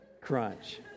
crunch